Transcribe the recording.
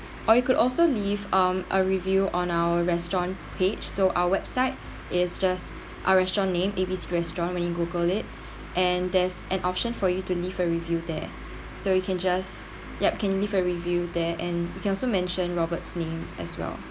or you could also leave um a review on our restaurant page so our website is just a restaurant named A_B_C restaurant when you Google it and there's an option for you to leave a review there so you can just yup can leave a review there and if you also mention robert's name as well